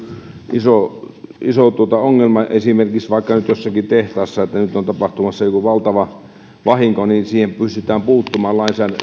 iso iso ongelma vaikka nyt jossakin tehtaassa että nyt on tapahtumassa joku valtava vahinko niin siihen pystytään puuttumaan